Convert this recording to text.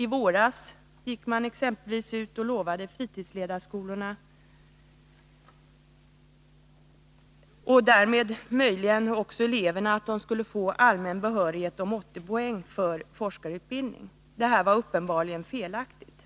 I våras gick man exempelvis ut och lovade fritidsledarskolorna, och därmed möjligen också eleverna, att de skulle få allmän behörighet om 80 poäng för forskarutbildning. Detta var helt felaktigt.